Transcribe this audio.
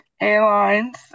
airlines